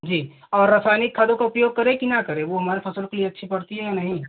जी और रासायनिक खादों का उपयोग करें कि ना करें वह हमारे फसल के लिए अच्छी पड़ती है या नहीं